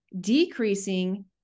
decreasing